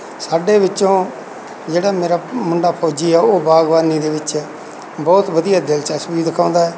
ਸਾਡੇ ਵਿੱਚੋਂ ਜਿਹੜਾ ਮੇਰਾ ਮੁੰਡਾ ਫੌਜੀ ਆ ਉਹ ਬਾਗਬਾਨੀ ਦੇ ਵਿੱਚ ਬਹੁਤ ਵਧੀਆ ਦਿਲਚਸਪੀ ਦਿਖਾਉਂਦਾ ਹੈ